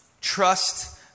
trust